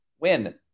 Win